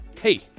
hey